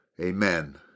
Amen